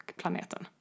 planeten